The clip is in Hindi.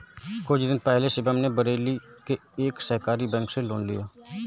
कुछ दिन पहले शिवम ने बरेली के एक सहकारी बैंक से लोन लिया